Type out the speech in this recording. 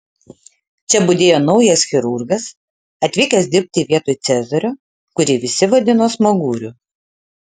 čia budėjo naujas chirurgas atvykęs dirbti vietoj cezario kurį visi vadino smaguriu